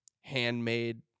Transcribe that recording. handmade